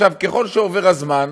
ככל שעובר הזמן,